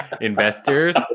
Investors